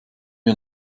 wir